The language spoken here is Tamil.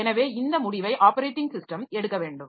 எனவே இந்த முடிவை ஆப்பரேட்டிங் சிஸ்டம் எடுக்க வேண்டும்